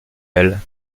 elle